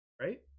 right